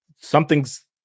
something's